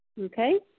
Okay